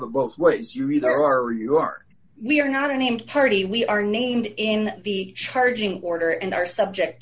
it both ways you either are or you are we are not a named party we are named in the charging order and are subject